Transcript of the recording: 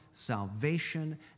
salvation